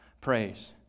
Praise